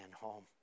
home